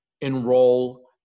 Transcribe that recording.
enroll